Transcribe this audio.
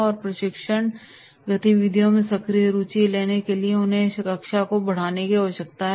और प्रशिक्षण गतिविधियों में सक्रिय रुचि लेने के साथ साथ उन्हें शिक्षा को बढ़ाने की आवश्यकता है